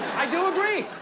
i do agree.